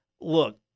look